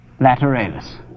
lateralis